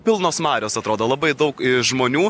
pilnos marios atrodo labai daug žmonių